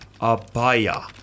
Abaya